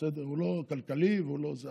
כי הוא לא כלכלי ולא זה.